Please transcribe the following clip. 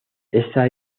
esta